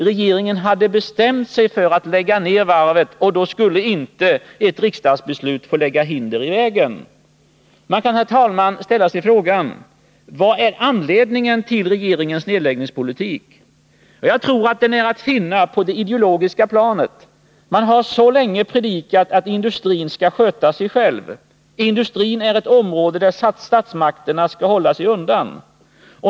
Regeringen hade bestämt sig för att lägga ner varvet, och då skulle inte ett riksdagsbeslut få lägga hinder i vägen. Man kan, herr talman, ställa sig frågan: Vad är anledningen till regeringens nedläggningspolitik? Jag tror att den är att finna på det ideologiska planet. Man har så länge predikat att industrin skall sköta sig själv. Industrin är ett område där statsmakterna skall hålla sig undan.